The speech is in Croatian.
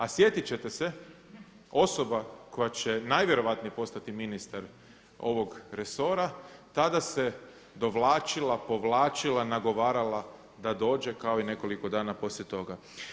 A sjetit ćete se osoba koja će najvjerojatnije postati ministar ovog resora tada se dovlačila, povlačila, nagovarala da dođe kao i nekoliko dana poslije toga.